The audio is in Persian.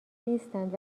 نیستند